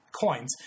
coins